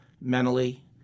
mentally